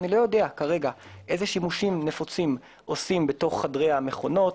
אני לא יודע כרגע אילו שימושים נפוצים עושים בתוך חדרי המכונות,